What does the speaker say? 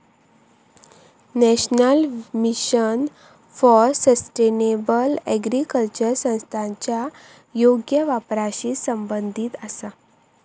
national mission for sustainable agriculture संसाधनांच्या योग्य वापराशी संबंधित आसा